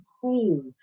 cruel